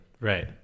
right